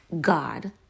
God